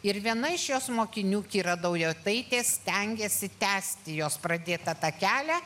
ir viena iš jos mokinių kira daujotaitė stengėsi tęsti jos pradėtą tą kelią